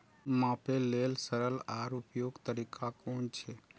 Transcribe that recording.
मापे लेल सरल आर उपयुक्त तरीका कुन छै?